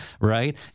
Right